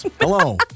Hello